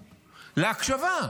להקשבה.